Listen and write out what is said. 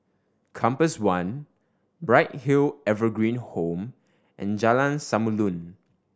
Compass One Bright Hill Evergreen Home and Jalan Samulun